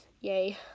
yay